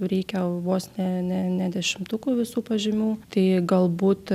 reikia vos ne ne ne dešimtukų visų pažymių tai galbūt